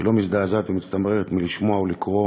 שלא מזדעזעת ומצטמררת מלשמוע או לקרוא